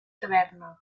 taverna